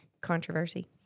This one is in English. controversy